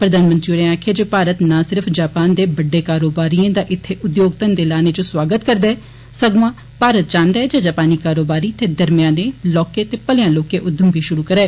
प्रधानमंत्री होरें आक्खेआ जे भारत ना सिर्फ जापान दे बड्डे कारोबारियें दा इत्थें उद्योग घंघे लाने च स्वागत करदा ऐ सगुआं भारत चाहन्दा ऐ जे जापानी कारोबारी इत्थें दरमयानें लौह्के ते भलेया लौह्कें उद्यम बी शुरु करा